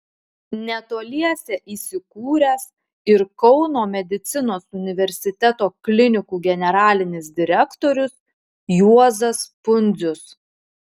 netoliese įsikūręs ir kauno medicinos universiteto klinikų generalinis direktorius juozas pundzius